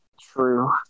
True